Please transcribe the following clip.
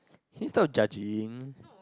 he's not judging